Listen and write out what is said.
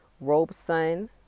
Robeson